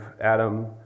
Adam